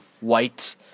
white